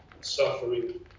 suffering